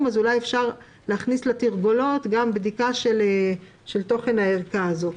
אז אולי אפשר להכניס לתרגולות גם בדיקה של תוכן הערכה הזאת.